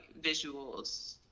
visuals